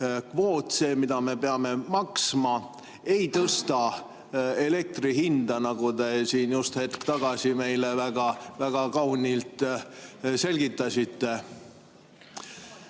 CO2‑kvoot, see, mida me peame maksma, ei tõsta elektri hinda, nagu te siin just hetk tagasi meile väga kaunilt selgitasite?